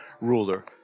ruler